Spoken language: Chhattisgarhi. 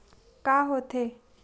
का होथे?